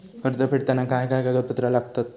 कर्ज फेडताना काय काय कागदपत्रा लागतात?